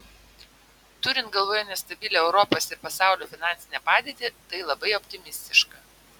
turint galvoje nestabilią europos ir pasaulio finansinę padėtį tai labai optimistiška